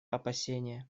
опасения